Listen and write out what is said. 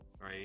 right